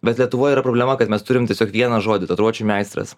bet lietuvoj yra problema kad mes turim tiesiog vieną žodį tatuiruočių meistras